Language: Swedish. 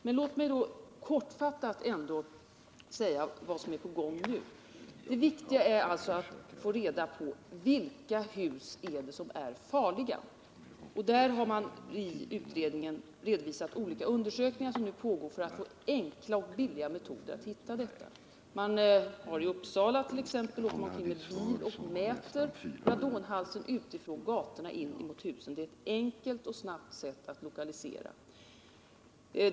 Men låt mig ändå kortfattat få säga vad som nu är på gång. Det viktiga är att vi får reda på vilka hus det är farligt att bo i. I utredningen har man redovisat resultaten från olika undersökningar som pågår för att få fram enkla och billiga metoder att hitta dessa hus. Man har i Uppsala t.ex. uppmätt radonhalten från gatorna och inemot husen. Det är ett enkelt och snabbt sätt att lokalisera.